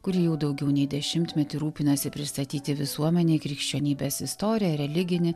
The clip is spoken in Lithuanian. kuri jau daugiau nei dešimtmetį rūpinasi pristatyti visuomenei krikščionybės istoriją religinį